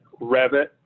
Revit